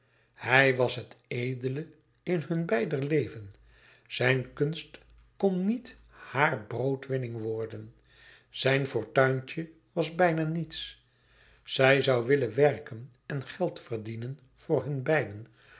hij was het edele in hun beider leven zijn kunst kon niet hare broodwinning worden zijn fortuintje was bijna niets zij zoû willen werken en geld verdienen voor